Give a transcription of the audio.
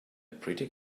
pretty